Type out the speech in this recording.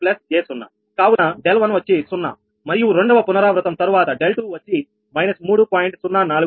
కావున 𝛿1 వచ్చి 0 మరియు రెండవ పునరావృతం తరువాత 𝛿2 వచ్చి −3